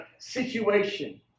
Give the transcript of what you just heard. situation